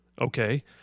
Okay